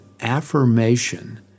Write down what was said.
affirmation